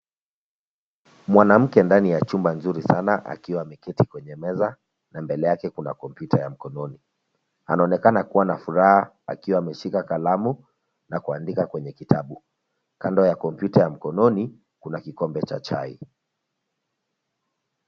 Mwanamke ndani ya chumba nzuri sana akiwa ameketi kwenye meza na mbele yake kuna kompyuta ya mkononi. Anaonekana kuwa na furaha akiwa ameshika kalamu na kuandika kwenye kitabu. Kando ya kompyuta ya mkononi kuna kikombe cha chai.